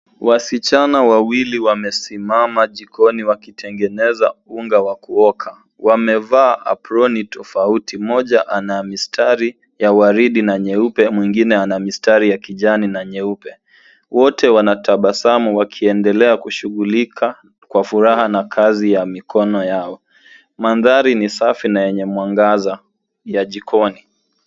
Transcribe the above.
Wasichana wawili wamesimama jikoni wakitengeneza unga wa kuoka. Wamevaa aproni tofauti, moja ana mistari ya waridi na nyeupe na mwingine ana mistari ya kijani na nyeupe. Wote wanatabasamu wakiendelea kushughulika kwa furaha na kazi ya mikono yao. Mandhari ni safi na yenye mwangaza, ya jikoni.